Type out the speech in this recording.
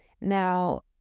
Now